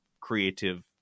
creative